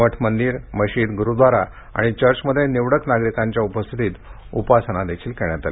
मठ मंदिर मशिद गुरुद्वारा आणि चर्चमध्ये निवडक नागरिकांच्या उपस्थितीत उपासना देखील करण्यात आली